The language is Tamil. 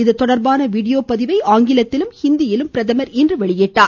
இதுதொடர்பான வீடியோ பதிவை ஆங்கிலத்திலும் இந்தியிலும் பிரதமர் இன்று வெளியிட்டார்